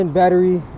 battery